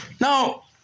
Now